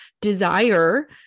desire